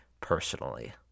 Personally